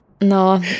no